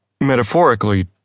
metaphorically